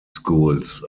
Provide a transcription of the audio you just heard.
schools